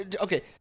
Okay